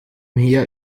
her